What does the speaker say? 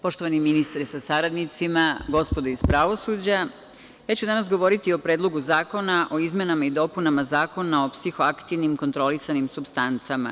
Poštovani ministre sa saradnicima, gospodo iz pravosuđa, ja ću danas govoriti o Predlogu zakona o izmenama i dopunama Zakona o psihoaktivnim i kontrolisanim supstancama.